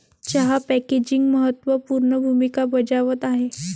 चहा पॅकेजिंग महत्त्व पूर्ण भूमिका बजावत आहे